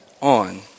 on